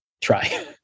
try